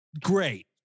Great